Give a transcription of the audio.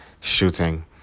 shooting